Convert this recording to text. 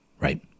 Right